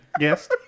Yes